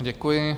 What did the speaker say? Děkuji.